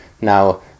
now